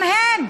גם הם.